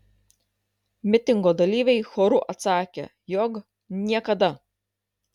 mitingo dalyviai choru atsakė jog niekada